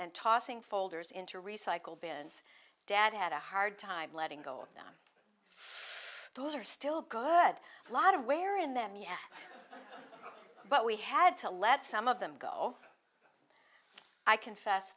and tossing folders into recycle bins dad had a hard time letting go of them those are still good a lot of wear in them yet but we had to let some of them go i confess